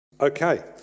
Okay